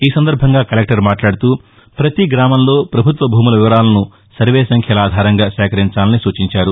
ఈ సందర్భంగా కలెక్టర్ మాట్లాడుతూప్రతి గ్రామంలో ప్రభుత్వ భూముల వివరాలను సర్వే సంఖ్యల ఆధారంగా సేకరించాలని సూచించారు